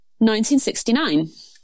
1969